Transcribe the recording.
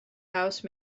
house